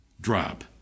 drop